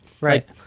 Right